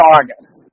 August